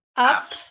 Up